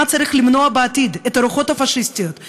צריך למנוע בעתיד: את הרוחות הפשיסטיות,